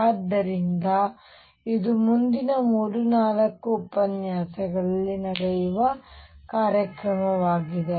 ಆದ್ದರಿಂದ ಇದು ಮುಂದಿನ 3 4 ಉಪನ್ಯಾಸಗಳಲ್ಲಿ ನಡೆಯುವ ಕಾರ್ಯಕ್ರಮವಾಗಿದೆ